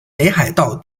北海道